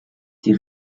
die